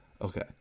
Okay